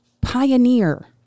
pioneer